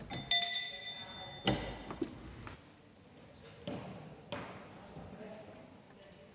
Tak.